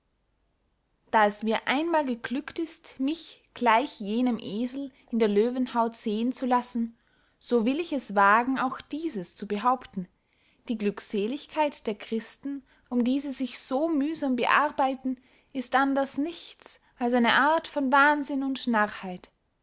da es mir einmal geglückt ist mich gleich jenem esel in der löwenhaut sehen zu lassen so will ich es wagen auch dieses zu behaupten die glückseligkeit der christen um die sie sich so mühsam bearbeiten ist anders nichts als eine art von wahnsinn und narrheit